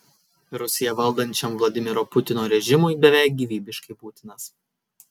rusiją valdančiam vladimiro putino režimui beveik gyvybiškai būtinas